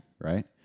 Right